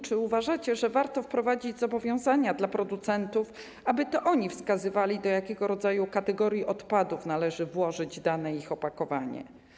Czy uważacie, że warto wprowadzić zobowiązania dla producentów, aby to oni wskazywali, do jakiego rodzaju kategorii odpadów należy włożyć dane opakowanie?